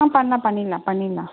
ஆ பண்ணலாம் பண்ணிடலாம் பண்ணிடலாம்